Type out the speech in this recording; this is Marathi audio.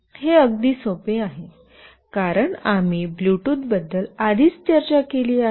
हे अगदी सोपे आहे कारण आम्ही ब्लूटूथ बद्दल आधीच चर्चा केली आहे